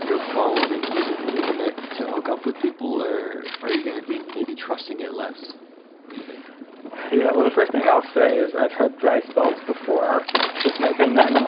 your phone and using the internet to hook up with people, or are you going to be maybe trusting it less what you think? yeah well, the first thing i'll say is i've had dry spells before this, my nine